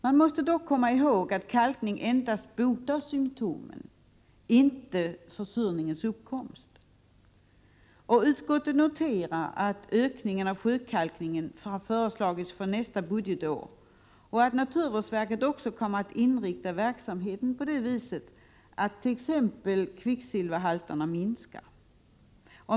Man måste dock komma ihåg att kalkning endast minskar symtomen, inte försurningens uppkomst. Utskottet noterar att en ökning av sjökalkningen föreslagits för nästa budgetår och att naturvårdsverket kommer att inrikta verksamheten så, att t.ex. kvicksilverhalterna minskar.